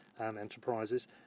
enterprises